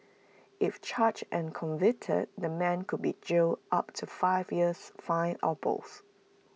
if charged and convicted the man could be jailed up to five years fined or both